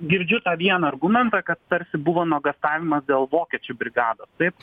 girdžiu tą vieną argumentą kad tarsi buvo nuogąstavimas dėl vokiečių brigados taip